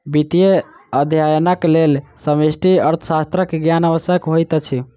वित्तीय अध्ययनक लेल समष्टि अर्थशास्त्रक ज्ञान आवश्यक होइत अछि